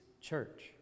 church